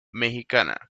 mexicana